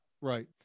right